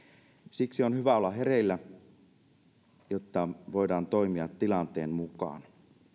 siksi on hyvä olla hereillä jotta voidaan toimia tilanteen mukaan